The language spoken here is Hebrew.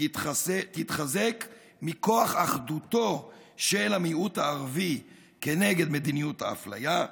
תתחזק מכוח אחדותו של המיעוט הערבי כנגד מדיניות האפליה,